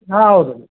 ಹಾಂ ಹೌದು